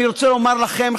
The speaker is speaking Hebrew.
אני רוצה לומר לכם,